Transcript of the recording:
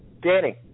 Danny